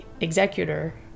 executor